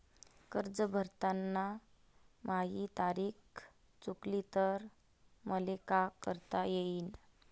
कर्ज भरताना माही तारीख चुकली तर मले का करता येईन?